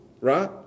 right